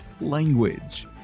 language